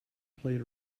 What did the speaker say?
played